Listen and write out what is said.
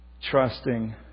trusting